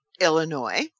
Illinois